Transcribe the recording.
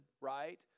right